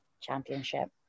championship